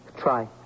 Try